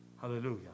Hallelujah